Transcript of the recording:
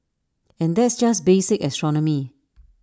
and that's just basic astronomy